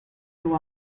miu